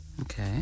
Okay